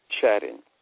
chatting